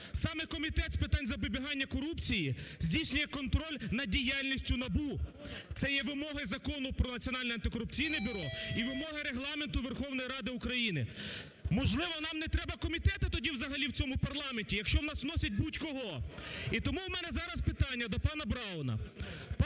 саме Комітет з питань запобігання корупції здійснює контроль над діяльністю НАБУ. Це є вимогою Закону "Про Національне антикорупційне бюро" і вимоги Регламенту Верховної Ради України. Можливо, нам не треба комітети тоді взагалі в цьому парламенті, якщо в нас вносять будь-кого? І тому в мене зараз питання до пана Брауна.